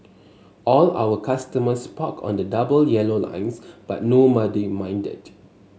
all our customers parked on the double yellow lines but nobody minded